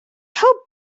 how